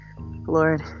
Lord